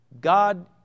God